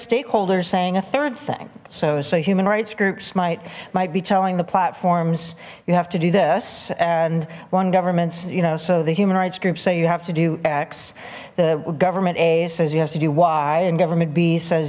stakeholders saying a third thing so so human rights groups might might be telling the platform's you have to do this and one governments you know so the human rights groups say you have to do x the government a says you have to do y and government b says